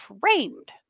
framed